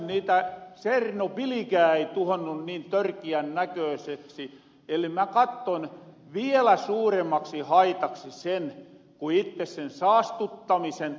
niitä tsernobylkään ei tuhonnu niin törkiän näkööseksi eli mä katton vielä suuremmaksi haitaksi sen kun itte sen saastuttamisen